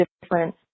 different